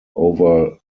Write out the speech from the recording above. over